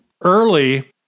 early